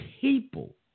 people